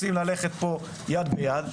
רוצים ללכת יד ביד.